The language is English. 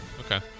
Okay